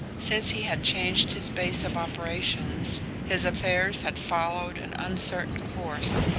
since he had changed his base of operations his affairs had followed an uncertain course,